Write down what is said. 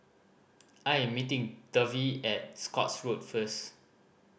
I am meeting Dovie at Scotts Road first